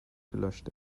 gelöscht